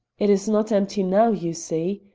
it is not empty now, you see.